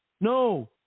No